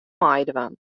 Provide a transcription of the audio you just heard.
meidwaan